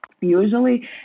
usually